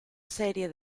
serie